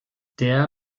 der